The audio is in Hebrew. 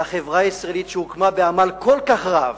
והחברה הישראלית שהוקמה בעמל כל כך רב,